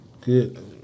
Good